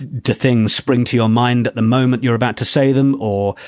do things spring to your mind the moment you're about to say them or.